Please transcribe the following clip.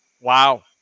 Wow